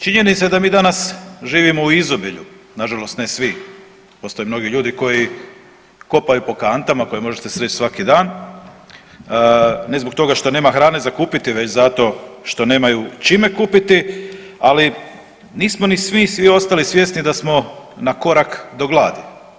Činjenica je da mi danas živimo u izobilju, nažalost ne svi, postoje mnogi ljudi koji kopaju po kantama koje možete sresti svaki dan, ne zbog toga što nema hrane za kupiti već zato što nemaju čime kupiti, ali nismo ni svi ostali svjesni da smo na korak do gladi.